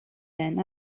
then